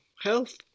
health